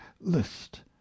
list